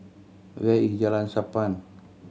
where is Jalan Sappan